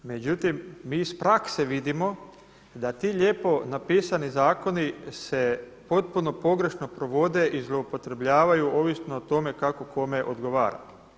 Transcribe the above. Međutim, mi iz prakse vidimo da ti lijepo napisani zakoni se potpuno pogrešno provode i zloupotrebljavaju ovisno o tome kako kome odgovara.